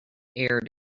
aired